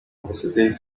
ambasaderi